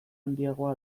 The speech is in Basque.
handiagoa